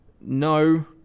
no